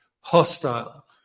hostile